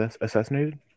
assassinated